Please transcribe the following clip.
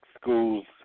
schools